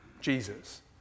Jesus